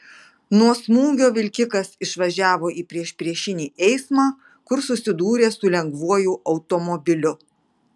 nuo smūgio vilkikas išvažiavo į priešpriešinį eismą kur susidūrė su lengvuoju automobiliu